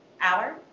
hour